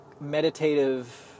meditative